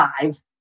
five